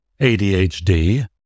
ADHD